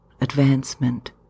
advancement